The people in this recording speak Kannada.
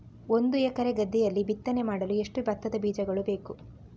ಒಂದು ಎಕರೆ ಗದ್ದೆಯಲ್ಲಿ ಬಿತ್ತನೆ ಮಾಡಲು ಎಷ್ಟು ಭತ್ತದ ಬೀಜಗಳು ಬೇಕು?